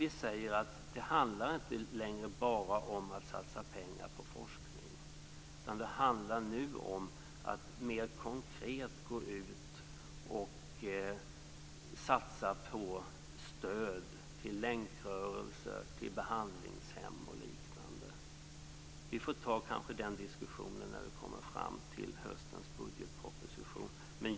Vi säger att det inte längre bara handlar om att satsa pengar på forskning. Det handlar nu om att mer konkret gå ut och satsa på stöd till länkrörelser, behandlingshem och liknande. Vi får kanske ta den diskussionen när vi kommer fram till höstens budgetproposition.